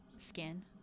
skin